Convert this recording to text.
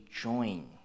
join